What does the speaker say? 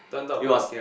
he was